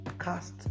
cast